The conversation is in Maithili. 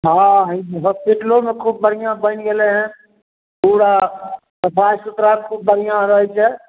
हँ होस्पिटलो मे खुब बढ़िआँ बनि गेलै हेँ पूरा सफाइ सुथरा खुब बढ़िआँ रहै छै